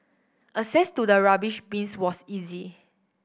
access to the rubbish bins was easy